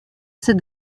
sept